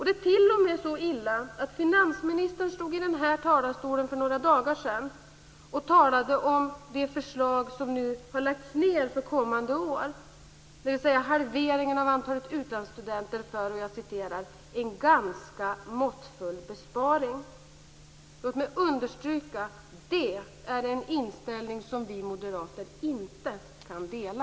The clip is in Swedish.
Det är t.o.m. så illa att finansministern för några dagar sedan från den här talarstolen talade om förslaget om en halvering av antalet utlandsstudenter som "en ganska måttfull besparing". Låt mig understryka att det är en inställning som vi moderater inte kan dela.